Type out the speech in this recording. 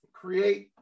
create